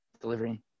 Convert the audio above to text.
delivering